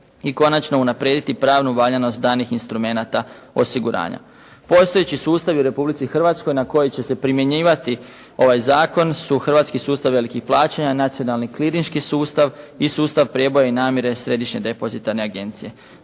i konačno unaprijediti pravnu valjanost danih instrumenata osiguranja. Postojeći sustavi u Republici Hrvatskoj na koje će se primjenjivati ovaj zakon su Hrvatski sustav velikih plaćanja, Nacionalni klinički sustav i Sustav prijeboja i namjere središnje depozitarne agencije.